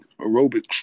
aerobic